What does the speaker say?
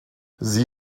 sie